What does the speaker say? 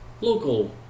local